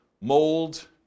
mold